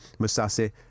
Masasi